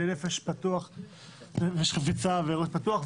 בנפש חפצה וראש פתוח,